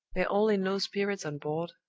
they're all in low spirits on board.